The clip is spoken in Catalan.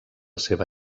seva